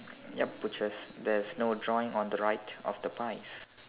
yup butchers there is no drawing on the right of the pies